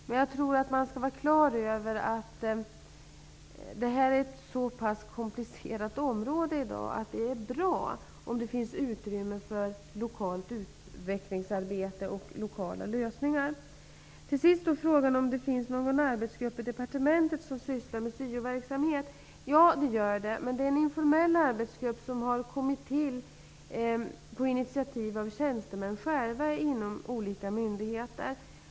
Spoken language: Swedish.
Man skall vara på det klara med att det här är ett så pass komplicerat område i dag, att det är bra om det finns utrymme för lokalt utvecklingsarbete och lokala lösningar. Till sist frågar Eva Johansson om det finns en arbetsgrupp inom departementet som sysslar med syoverksamhetsfrågor. Ja, det gör det, men det är en informell arbetsgrupp som har kommit till på initiativ av tjänstemän inom olika myndigheter.